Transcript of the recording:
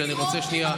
אני רוצה שנייה,